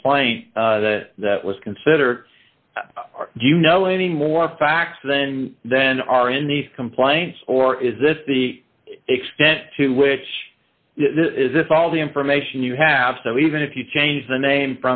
complaint that that was considered you know any more facts than then are in these complaints or is it the extent to which is this all the information you have so even if you change the name